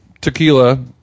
tequila